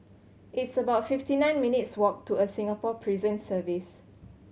it's about fifty nine minutes' walk to a Singapore Prison Service